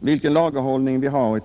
vilken lagerhållning vi har etc.